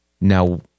Now